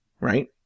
right